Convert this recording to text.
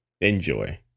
Enjoy